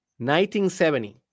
1970